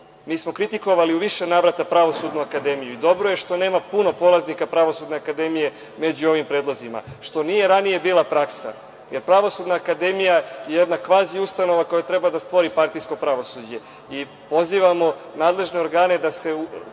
smo kritikovali u više navrata Pravosudnu akademiju i dobro je što nema puno polaznika Pravosudne akademije među ovim predlozima što nije ranije bila praksa, jer Pravosudna akademija je jedna kvazi ustanova koja treba da stvori partijsko pravosuđe. Pozivamo nadležne organe da se